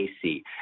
AC